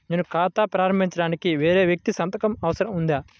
నేను ఖాతా ప్రారంభించటానికి వేరే వ్యక్తి సంతకం అవసరం ఉందా?